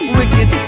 wicked